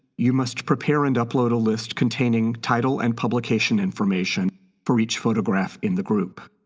you must prepare and upload a list containing title and publication information for each photograph in the group.